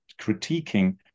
critiquing